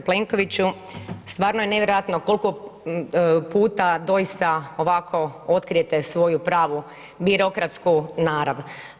G. Plenkoviću, stvarno je nevjerojatno koliko puta doista ovako otkrijete svoju pravu birokratsku narav.